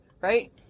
right